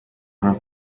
her